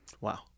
wow